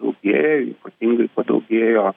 daugėja jų ypatingai padaugėjo